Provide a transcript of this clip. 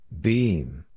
Beam